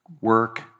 work